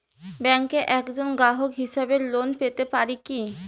ব্যাংকের একজন গ্রাহক হিসাবে লোন পেতে পারি কি?